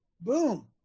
Boom